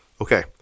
Okay